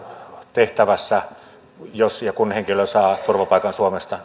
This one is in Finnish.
tehtävässä eli kotouttamisessa jos ja kun henkilö saa turvapaikan suomesta